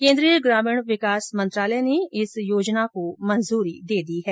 केन्द्रीय ग्रामीण विकास मंत्रालय ने इस योजना को मंजूरी दे दी है